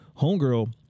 Homegirl